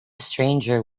stranger